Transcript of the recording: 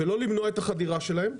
ולא למנוע את החדירה שלהם,